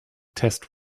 test